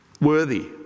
worthy